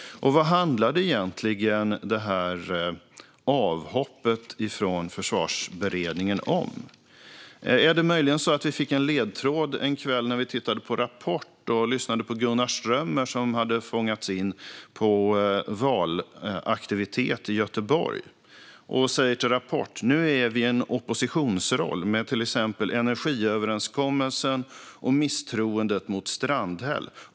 Vad handlar egentligen avhoppet från Försvarsberedningen om? Är det möjligen så att vi fick en ledtråd en kväll när vi tittade på Rapport och lyssnade på Gunnar Strömmer, som hade fångats in på en valaktivitet i Göteborg? Han sa till Rapport : Nu är vi i en oppositionsroll med till exempel energiöverenskommelsen och misstroendet mot Strandhäll.